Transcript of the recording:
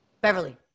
Beverly